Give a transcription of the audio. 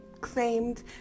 claimed